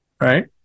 right